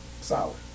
solid